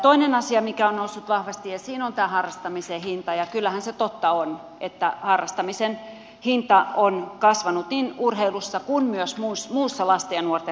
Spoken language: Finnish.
toinen asia mikä on noussut vahvasti esiin on tämä harrastamisen hinta ja kyllähän se totta on että harrastamisen hinta on kasvanut niin urheilussa kuin myös muussa lasten ja nuorten harrastamisessa